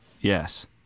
Yes